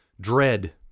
Dread